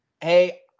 hey